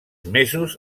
mesos